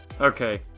okay